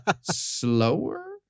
Slower